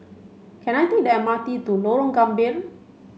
can I take the M R T to Lorong Gambir